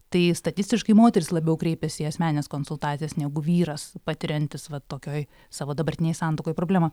tai statistiškai moteris labiau kreipiasi į asmenines konsultacijas negu vyras patiriantis va tokioj savo dabartinėj santuokoj problemą